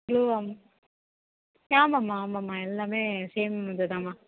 blue ஆமாம்மா ஆமாம்மா எல்லாமே சேம் இதுதான்மா